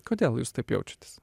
kodėl jūs taip jaučiatės